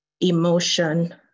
emotion